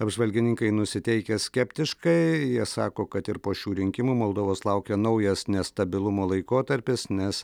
apžvalgininkai nusiteikę skeptiškai jie sako kad ir po šių rinkimų moldovos laukia naujas nestabilumo laikotarpis nes